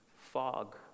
fog